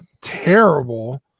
terrible